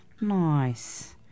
Nice